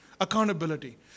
Accountability